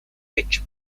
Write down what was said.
pecho